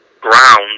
ground